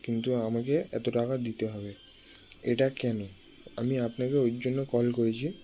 কিন্তু আমাকে এত টাকা দিতে হবে এটা কেন আমি আপনাকে ওই জন্য কল করেছি